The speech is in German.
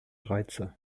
reize